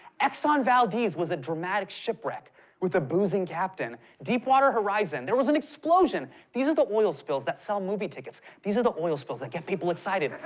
exxon valdez was a dramatic shipwreck with a boozing captain. deepwater horizon, there was an explosion! these are the oil spills that sell movie tickets. these are the oil spills that get people excited.